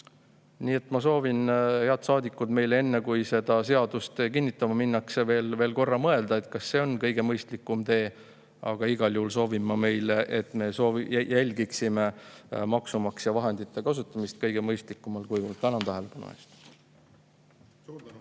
Nii et ma soovitan, head saadikud, meil enne, kui seda seadust kinnitama minnakse, veel korra mõelda, kas see on kõige mõistlikum tee. Ja igal juhul soovin ma, et me jälgiksime, et maksumaksja vahendeid kasutataks kõige mõistlikumal viisil.